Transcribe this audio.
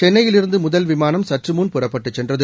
சென்னையிலிருந்து முதல் விமானம் சற்றுமுன் புறப்பட்டுச் சென்றது